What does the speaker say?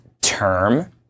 term